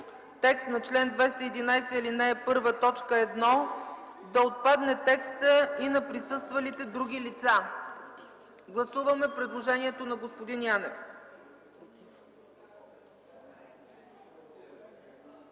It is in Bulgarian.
текст на чл. 211, ал. 1, т. 1 да отпадне текста: „и на присъствалите други лица”. Гласуваме предложението на господин Янев.